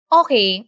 okay